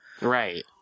Right